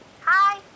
Hi